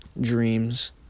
dreams